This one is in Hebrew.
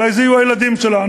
אולי אלה יהיו הילדים שלנו,